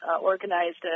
organized